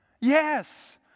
Yes